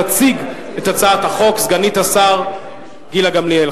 תציג את הצעת החוק סגנית השר גילה גמליאל,